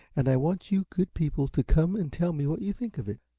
and i want you good people to come and tell me what you think of it.